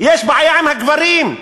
יש בעיה עם הגברים.